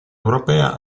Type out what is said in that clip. europea